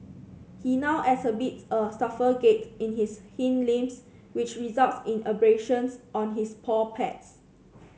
he now exhibits a stiffer gait in his hind limbs which results in abrasions on his paw pads